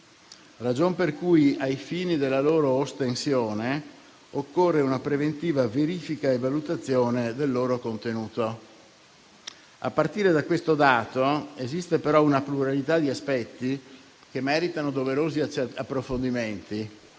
ragion per cui, ai fini della loro ostensione, occorre una preventiva verifica e valutazione del loro contenuto. A partire da questo dato esiste però una pluralità di aspetti che meritano doverosi approfondimenti.